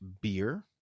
beer